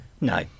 No